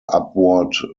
upward